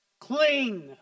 Clean